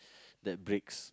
that breaks